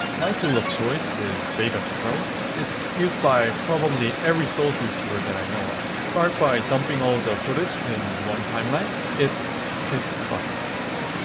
my tool of choice is vegas pro it's used by probably every souls youtuber that i know of start by dumping all the footage in one timeline it it fucking sucks